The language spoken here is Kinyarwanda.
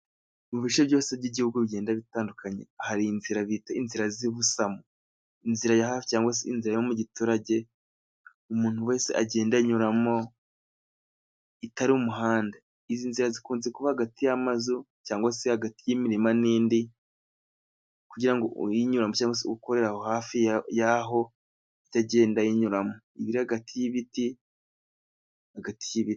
Mu bice byose by'igihugu bigenda bitandukanye hari inzira bita inzira z'ibusamo. Inzira ya hafi cyangwa se inzira yo mu giturage, umuntu wese agenda anyuramo itari umuhanda. Izi nzira zikunze kuba hagati yamazu cyangwa se hagati y'imirima n'indi, kugira ngo uyinyuramo cyangwa se ukorera aho hafi yaho agende ayinyuramo iba iri hagati y'ibiti.